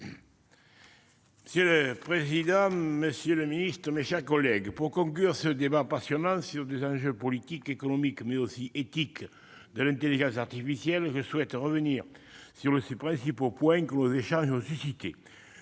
Monsieur le président, monsieur le secrétaire d'État, mes chers collègues, pour conclure ce débat passionnant sur les enjeux politiques, économiques, mais aussi éthiques, de l'intelligence artificielle, je souhaite revenir sur les principaux points que nos échanges ont évoqués.